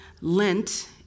Lent